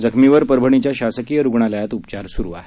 जखमीवर परभणीच्या शासकीय रुग्णालयात उपचार सुरू आहेत